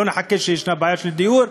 לא נחכה שתהיה בעיה של דיור,